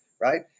right